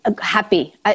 happy